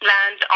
Land